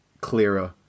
clearer